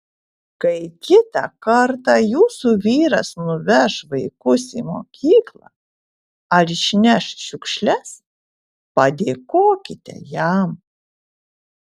kai kitą kartą jūsų vyras nuveš vaikus į mokyklą ar išneš šiukšles padėkokite jam